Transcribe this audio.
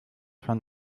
von